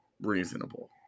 reasonable